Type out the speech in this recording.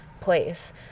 place